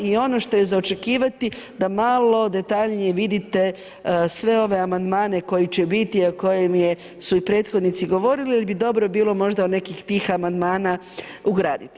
I ono što je za očekivati da malo detaljnije vidite sve ove amandmane koji će biti a o kojima su i prethodnici govorili jer bi dobro bilo možda od nekih tih amandmana ugraditi.